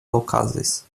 okazis